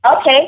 Okay